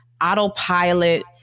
autopilot